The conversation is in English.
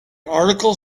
article